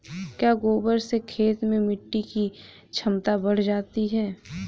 क्या गोबर से खेत में मिटी की क्षमता बढ़ जाती है?